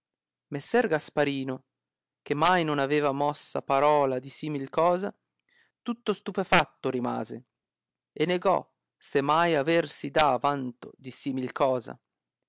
messer gasparino che mai non aveva mossa parola di simil cosa tutto stupefatto rimase e negò se mai aversi dà vanto di simil cosa